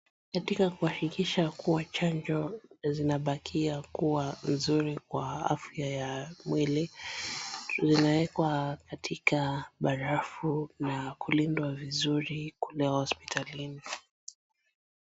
Katika kuhakikisha kuwa chanjo zinabakia kuwa nzuri kwa afya ya mwili zinawekwa katika barafu nakulindwa vizuri kule hospitalini.